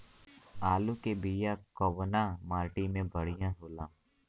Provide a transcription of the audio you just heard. आलू के बिया कवना माटी मे बढ़ियां होला?